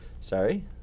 sorry